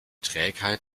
trägheit